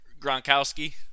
Gronkowski